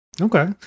Okay